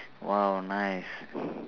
!wow! nice